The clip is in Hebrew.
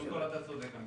קודם כול, אתה צודק.